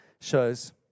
shows